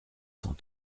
cent